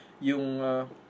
yung